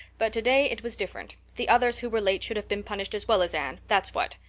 but today it was different. the others who were late should have been punished as well as anne, that's what.